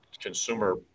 consumer